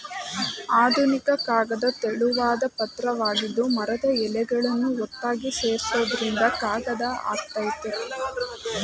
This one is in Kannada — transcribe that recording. ಆಧುನಿಕ ಕಾಗದ ತೆಳುವಾದ್ ಪದ್ರವಾಗಿದ್ದು ಮರದ ಎಳೆಗಳನ್ನು ಒತ್ತಾಗಿ ಸೇರ್ಸೋದ್ರಿಂದ ಕಾಗದ ಆಗಯ್ತೆ